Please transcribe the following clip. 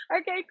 okay